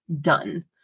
done